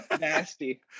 nasty